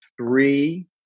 three